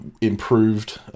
improved